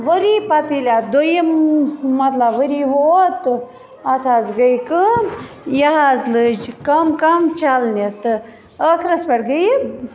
ؤرۍ پتہٕ ییٚلہِ دۄیِم ؤرۍ ووٚت تہٕ اَتھ حظ گٔے کٲم یہِ حظ لٔج کَم کَم چلنہِ تہٕ ٲخرس پٮ۪ٹھ گٔے یہِ